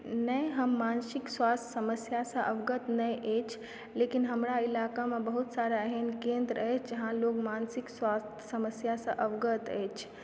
नै हम मानसिक स्वास्थ्य समस्यासऽ अवगत नै अछि लेकिन हमरा इलाकामे बहुत सारा एहन केन्द्र अछि जहाँ लोक मानसिक स्वास्थ्य समस्यासऽ अवगत अछि